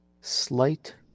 slight